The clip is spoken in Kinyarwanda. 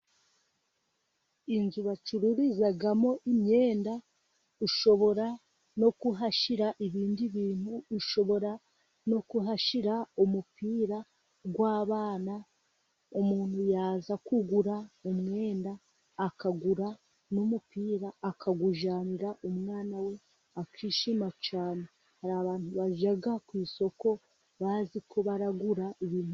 Inzu bacururizamo imyenda, ushobora no kuhashyira ibindi bintu, ushobora no kuhashyira umupira w'abana, umuntu yaza kugura umwenda akagura n'umupira akawujyanira umwana we akishima cyane, hari abantu bajya ku isoko bazi ko baragura ibintu.